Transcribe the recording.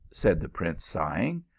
said the prince sigh ing.